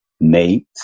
Nate